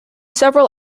several